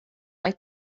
like